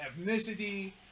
ethnicity